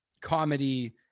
comedy